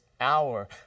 hour